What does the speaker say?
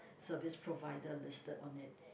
service provided listed on it